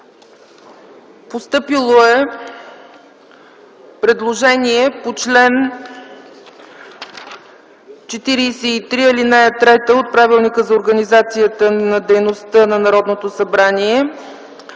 Постъпило е предложение по чл. 43, ал. 3 от Правилника за организацията и дейността на Народното събрание: